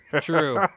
True